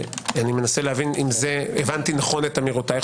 אם הבנתי נכון את אמירותיך,